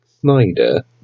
Snyder